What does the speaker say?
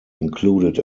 included